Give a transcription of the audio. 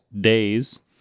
days